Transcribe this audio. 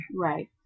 Right